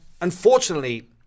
unfortunately